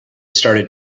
started